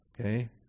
Okay